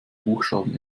buchstaben